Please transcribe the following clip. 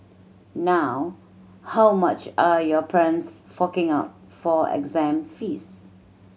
now how much are your parents forking out for exam fees